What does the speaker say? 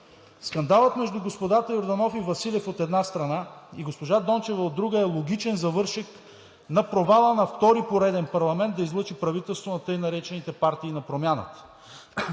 скандалът между господата Йорданов и Василев, от една страна, и госпожа Дончева, от друга, е логичен завършек на провала на втори пореден парламент да излъчи правителство на така наречените партии на промяната.